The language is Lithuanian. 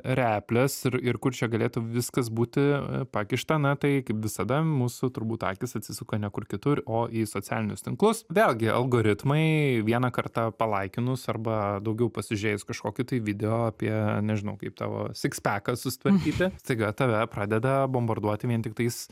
reples ir kur čia galėtų viskas būti pakišta na tai kaip visada mūsų turbūt akys atsisuka ne kur kitur o į socialinius tinklus vėlgi algoritmai vieną kartą palaikinus arba daugiau pasižiūrėjus kažkokį tai video apie nežinau kaip tavo sikspeką susitvarkyti staiga tave pradeda bombarduoti vien tik tais